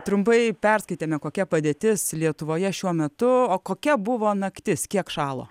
trumpai perskaitėme kokia padėtis lietuvoje šiuo metu o kokia buvo naktis kiek šalo